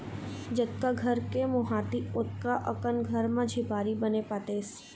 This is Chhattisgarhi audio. जतका घर के मोहाटी ओतका अकन घर म झिपारी बने पातेस